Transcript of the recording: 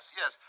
yes